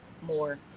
more